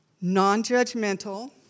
non-judgmental